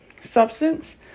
substance